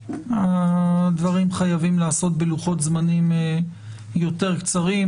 הדברים חייבים להיעשות בלוחות זמנים יותר קצרים,